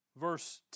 verse